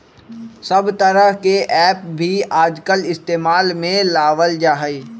सब तरह के ऐप भी आजकल इस्तेमाल में लावल जाहई